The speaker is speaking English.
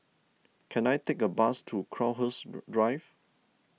can I take a bus to Crowhurst Drive